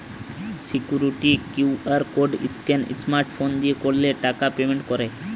security QR code scan smart phone দিয়ে করলে টাকা পেমেন্ট করে